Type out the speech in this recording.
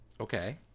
Okay